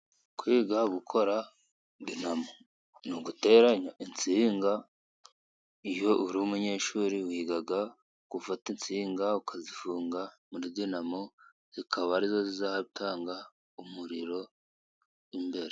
Kwiga gukora dinamo. Ni uguteranya insinga, iyo uri umunyeshuri wiga gufata insinga ukazifunga muri dinamo, zikaba ari zo zizatanga umuriro imbere.